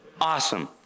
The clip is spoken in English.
Awesome